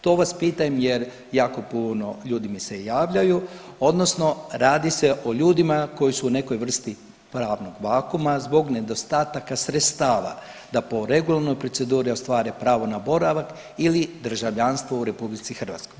To vas pitam jer jako puno ljudi mi se javljaju odnosno radi se o ljudima koji su nekoj vrsti pravnog vakuuma zbog nedostataka sredstava da po regularnoj proceduri ostvare pravo na boravak ili državljanstvo u RH.